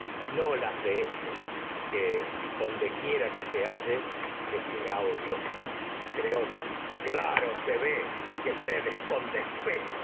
no las de éste donde quiera que se halle será odioso claro creonte se ve que cedes con